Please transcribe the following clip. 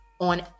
on